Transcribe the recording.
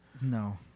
No